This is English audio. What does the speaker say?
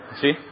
see